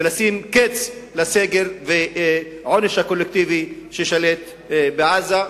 לשים קץ לסגר ולעונש הקולקטיבי ששולט בעזה,